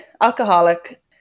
alcoholic